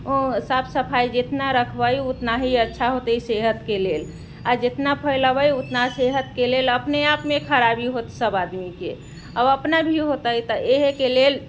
ओ साफ सफाइ जितना रखबै उतना ही अच्छा होतै सेहतके लेल आओर जेतना फैलऽबै उतना सेहतके लेल अपने आपमे खराबी होत सब आदमीके आब अपना भी होतै तऽ एहेके लेल